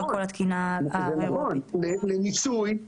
נכון,